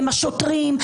הם השוטרים,